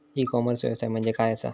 E commerce व्यवसाय म्हणजे काय असा?